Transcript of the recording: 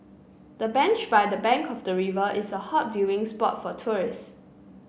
the bench by the bank of the river is a hot viewing spot for tourists